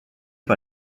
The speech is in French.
par